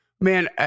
Man